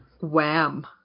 Wham